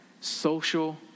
social